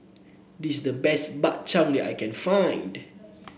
this is the best Bak Chang that I can find